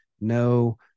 no